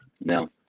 No